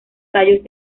tallos